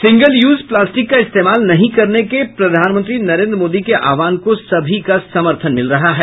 single use plastic का इस्तेमाल नहीं करने के प्रधानमंत्री नरेन्द्र मोदी के आहवान् को सभी का समर्थन मिल रहा है